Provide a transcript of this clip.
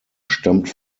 stammt